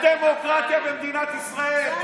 אין דמוקרטיה במדינת ישראל.